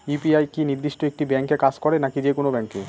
UPI কি নির্দিষ্ট একটি ব্যাংকে কাজ করে নাকি যে কোনো ব্যাংকে?